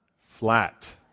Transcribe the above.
Flat